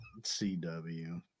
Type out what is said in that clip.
CW